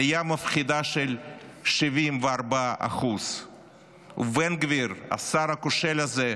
עלייה מפחידה של 74%. בן גביר, השר הכושל הזה,